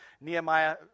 Nehemiah